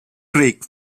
creek